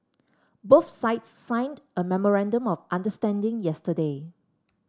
both sides signed a memorandum of understanding yesterday